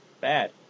bad